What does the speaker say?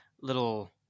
little